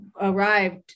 arrived